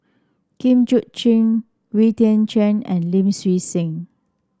Jit Koon Ch'ng Wee Tian Siak and Lim Swee Say